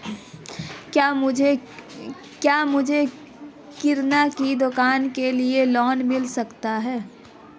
क्या मुझे किराना की दुकान के लिए लोंन मिल सकता है?